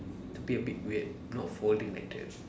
a bit a bit weird not falling like that